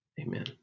amen